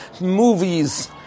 Movies